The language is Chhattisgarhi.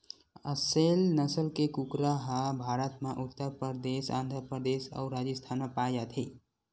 असेल नसल के कुकरा ह भारत म उत्तर परदेस, आंध्र परदेस अउ राजिस्थान म पाए जाथे